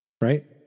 Right